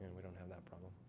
and we don't have that problem.